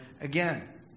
again